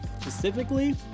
specifically